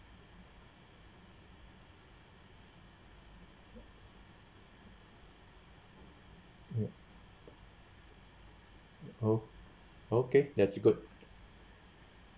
mm orh okay that's good